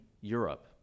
Europe